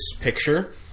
picture